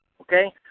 okay